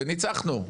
וניצחנו",